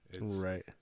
Right